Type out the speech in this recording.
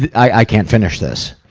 i can't finish this.